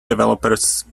developers